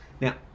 Now